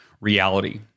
reality